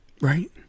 right